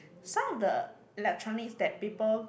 some of the electronics that people